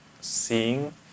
seeing